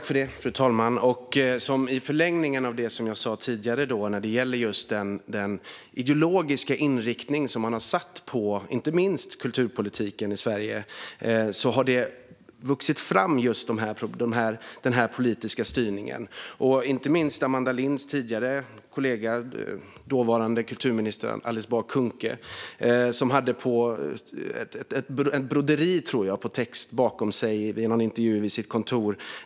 Fru talman! I förlängningen av det jag sa tidigare handlar det om den ideologiska inriktning som man har satt inte minst på kulturpolitiken i Sverige. Där har den politiska styrningen vuxit fram. Det gäller inte minst Amanda Linds tidigare kollega, dåvarande kulturminister Alice Bah Kuhnke. Hon hade en text i broderi, tror jag, bakom sig vid någon intervju på sitt kontor.